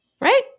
Right